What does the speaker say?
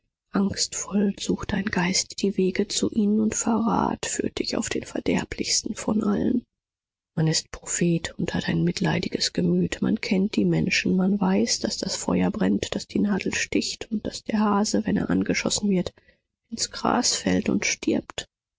angstvoll sucht dein geist die wege zu ihnen und verrat führt dich auf den verderblichsten von allen man ist prophet und hat ein mitleidiges gemüt man kennt die menschen man weiß daß das feuer brennt daß die nadel sticht und daß der hase wenn er angeschossen wird ins gras fällt und stirbt